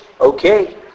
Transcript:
okay